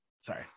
sorry